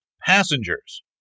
passengers